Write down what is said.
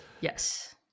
Yes